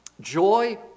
joy